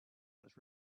was